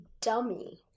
dummy